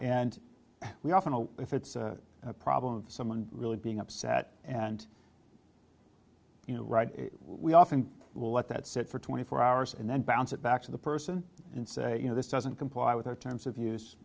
and we often know if it's a problem for someone really being upset and you know right we often will let that sit for twenty four hours and then bounce it back to the person and say you know this doesn't comply with our terms of use